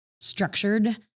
structured